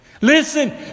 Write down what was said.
Listen